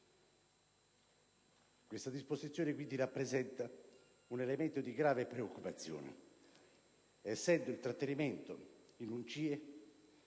Questa disposizione, quindi, rappresenta un elemento di grave preoccupazione: essendo il trattenimento in un CIE